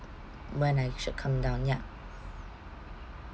when I should come down ya